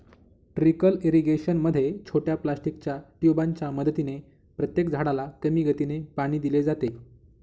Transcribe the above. trickle irrigation मध्ये छोट्या प्लास्टिकच्या ट्यूबांच्या मदतीने प्रत्येक झाडाला कमी गतीने पाणी दिले जाते